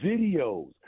videos